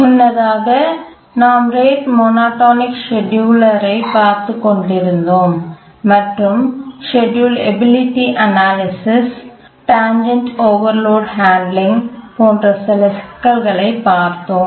முன்னதாக நாம் rate monotonic செட்டியூலரைப் பற்றி பார்த்துக்கொண்டிருந்தோம் மற்றும் செட்டியூல் எபிலிட்டி அனாலிசிஸ் மற்றும் டேன்ஜென்ட் ஓவர்லோடு ஹேண்ட்லிங் போன்ற சில சிக்கல்களைப் பார்த்தோம்